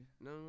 No